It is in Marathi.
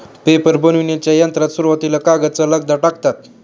पेपर बनविण्याच्या यंत्रात सुरुवातीला कागदाचा लगदा टाकतात